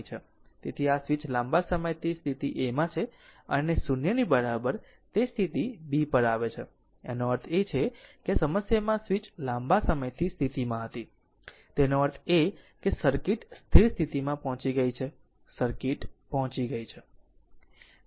તેથી આ સ્વિચ લાંબા સમયથી સ્થિતિ a માં છે અને 0 ની બરાબર તે સ્થિતિ b પર આવે છે આનો અર્થ એ કે આ સમસ્યામાં સ્વીચ લાંબા સમયથી સ્થિતિમાં હતી તેનો અર્થ એ કે સર્કિટ સ્થિર સ્થિતિમાં પહોંચી ગઈ છે સર્કિટ પહોંચી ગઈ છે